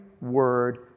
word